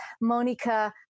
Monica